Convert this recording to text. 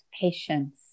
patience